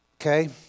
Okay